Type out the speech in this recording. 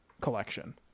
collection